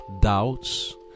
doubts